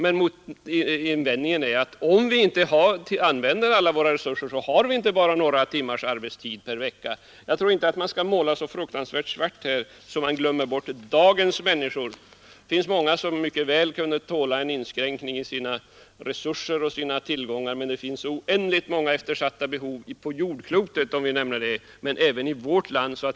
Men invändningen är att om vi inte använder alla våra resurser så har vi inte bara några timmars arbetstid per vecka. Man skall inte måla så fruktansvärt svart att man glömmer bort dagens människor. Det finns många som mycket väl kunde tåla en inskränkning i sina resurser och sina tillgångar, men det finns oändligt många eftersatta behov på jordklotet och även i vårt land.